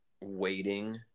waiting